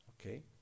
Okay